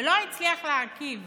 ולא הצליח להרכיב